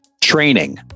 training